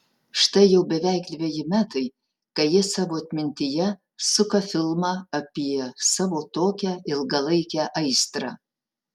štai jau beveik dveji metai kai ji savo atmintyje suka filmą apie savo tokią ilgalaikę aistrą